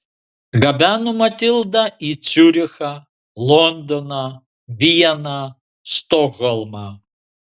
gabeno matildą į ciurichą londoną vieną stokholmą